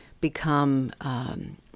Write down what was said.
become